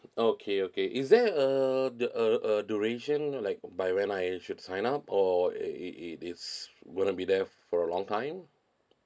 okay okay is there a the a a duration like by when I should sign up or it it it's gonna be there for a long time